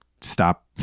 stop